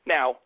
Now